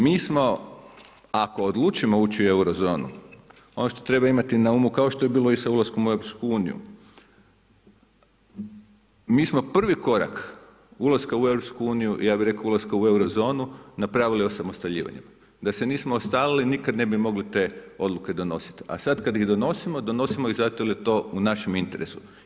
Mi smo ako odlučimo ući u Euro zonu, ono što treba imati naumu kao što je bilo i sa ulaskom u EU, mi smo prvi korak ulaska u EU ja bi rekao ulaska u Euro zonu, napravili osamostaljivanjem, da se nismo osamostalili, nikad ne bi mogli te odluke donositi, a sad kad ih donosimo, donosim ih zato jer je to u našem interesu.